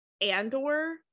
Andor